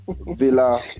Villa